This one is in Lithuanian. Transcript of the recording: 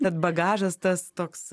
tad bagažas tas toks